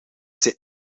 zijn